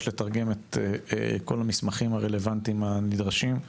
לתרגם את כל המסמכים הרלוונטיים הנדרשים.